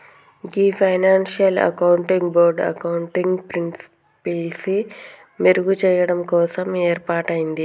గీ financial accounting board accounting ప్రిన్సిపిల్సి మెరుగు చెయ్యడం కోసం ఏర్పాటయింది